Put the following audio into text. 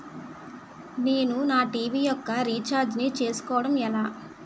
నేను నా టీ.వీ యెక్క రీఛార్జ్ ను చేసుకోవడం ఎలా?